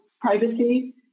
privacy